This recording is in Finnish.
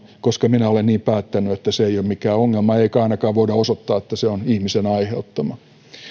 koska minä olen niin päättänyt että se ei ole mikään ongelma eikä ainakaan voida osoittaa että se on ihmisen aiheuttama